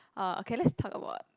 uh okay let's talk about